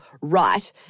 right